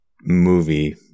movie